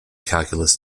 calculus